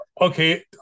Okay